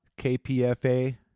KPFA